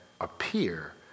appear